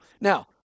Now